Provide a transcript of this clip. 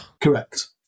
Correct